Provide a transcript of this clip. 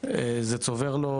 זה צובר לו